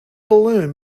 balloon